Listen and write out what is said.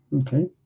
okay